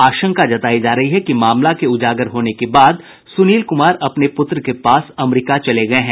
आशंका जतायी जा रही है कि मामला के उजागर होने के बाद सुनील कुमार अपने पुत्र के पास अमरिका चले गये हैं